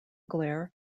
glare